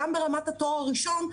גם ברמת תואר הראשון,